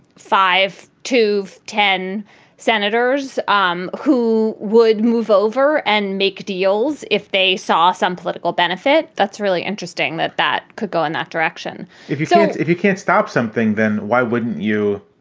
five to ten senators um who would move over and make deals if they saw some political benefit. that's really interesting that that could go in that direction if you say if you can't stop something, then why wouldn't you?